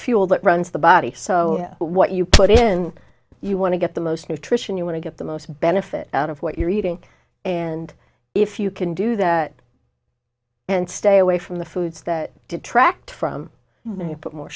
fuel that runs the body so what you put in you want to get the most nutrition you want to get the most benefit out of what you're eating and if you can do that and stay away from the foods that detract from it but more